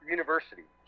University